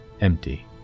empty